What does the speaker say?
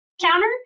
counter